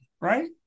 right